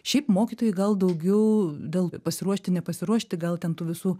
šiaip mokytojai gal daugiau dėl pasiruošti nepasiruošti gal ten tų visų